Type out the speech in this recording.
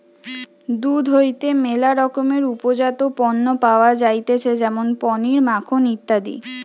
দুধ হইতে ম্যালা রকমের উপজাত পণ্য পাওয়া যাইতেছে যেমন পনির, মাখন ইত্যাদি